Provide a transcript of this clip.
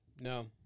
no